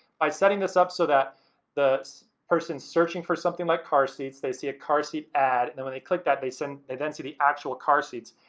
by setting this up so that the person's searching for something like car seats, they see a car seat ad, and when they click that they so and they then see the actual car seats.